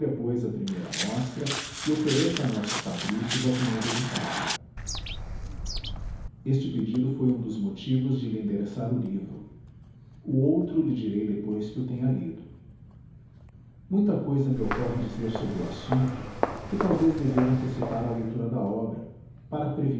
pois a primeira mostra e ofereça a nossos patrícios a quem é dedicada este pedido foi um dos motivos de lhe endereçar o livro o outro lhe direi depois que o tenha lido muita cousa me ocorre dizer sobre o assunto que talvez devera antecipar à leitura da obra para